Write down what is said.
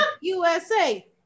usa